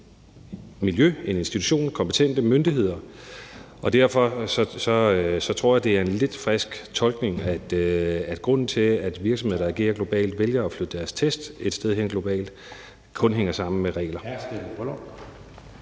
en institution, kompetente myndigheder, og derfor tror jeg, det er en lidt frisk tolkning at sige, at grunden til, at virksomheder, der agerer globalt, vælger at flytte deres test et sted hen globalt, kun hænger sammen med regler.